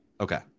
okay